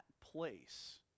place